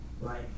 Right